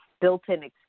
built-in